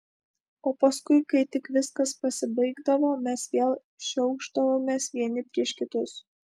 o paskui kai tik viskas pasibaigdavo mes vėl šiaušdavomės vieni prieš kitus